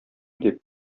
дип